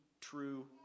true